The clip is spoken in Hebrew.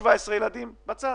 ומדוע השארתם עוד 17 ילדים בצד?